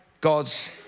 God's